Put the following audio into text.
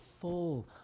full